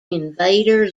invader